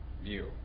view